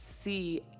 see